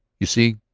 you see,